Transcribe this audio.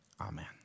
Amen